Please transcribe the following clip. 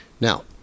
Now